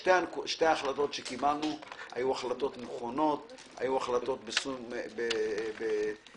שתי ההחלטות שקיבלנו היו החלטות נכונות שנתקבלו בשום שכל.